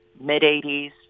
mid-80s